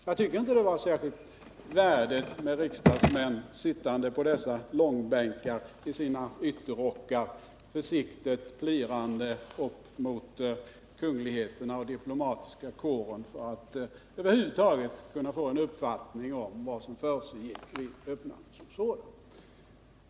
Jag tycker inte det var särskilt värdigt med riksdagsmän sittande på dessa långbänkar i sina ytterrockar, försiktigt plirande upp mot kungligheterna och den diplomatiska kåren för att över huvud taget kunna få en uppfattning om vad som försiggick vid öppnandet.